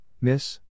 Miss